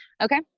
okay